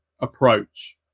approach